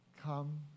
Come